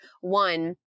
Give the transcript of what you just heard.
One